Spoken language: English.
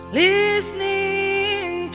listening